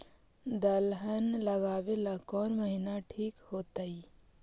दलहन लगाबेला कौन महिना ठिक होतइ?